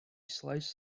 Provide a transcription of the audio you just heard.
slice